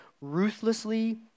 ruthlessly